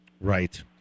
Right